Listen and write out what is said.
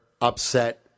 upset